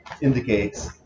indicates